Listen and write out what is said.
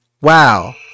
wow